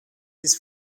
his